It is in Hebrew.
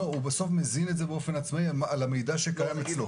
הוא מזין את זה באופן עצמאי על המידע שקיים אצלו.